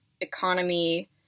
economy